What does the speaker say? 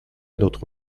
notre